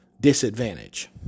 disadvantage